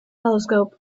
telescope